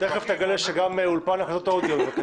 תכף תגלה שגם אולפן הקלטות אודיו.